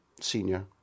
senior